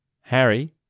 Harry